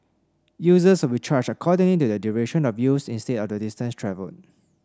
users will be charged according to the duration of use instead of the distance travelled